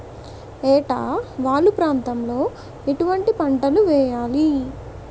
ఏటా వాలు ప్రాంతం లో ఎటువంటి పంటలు వేయాలి?